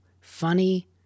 funny